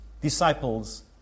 disciples